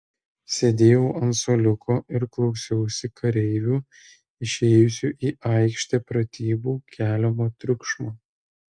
sėdėjau ant suoliuko ir klausiausi kareivių išėjusių į aikštę pratybų keliamo triukšmo